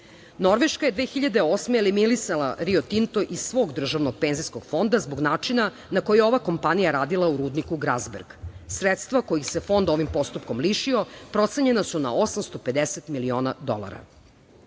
Papue. Norveška je 2008. eliminisala Rio Tinto iz svog državnog penzijskog fonda zbog načina na koji je ova kompanija radila u rudniku „Grazberg“. Sredstva kojih se fond ovim postupkom lišio procenjena su na 850 miliona dolara. Rudnik